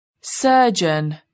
Surgeon